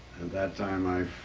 that time